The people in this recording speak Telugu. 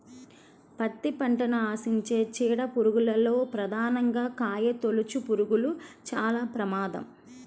పత్తి పంటను ఆశించే చీడ పురుగుల్లో ప్రధానంగా కాయతొలుచుపురుగులు చాలా ప్రమాదం